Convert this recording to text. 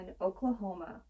Oklahoma